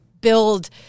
build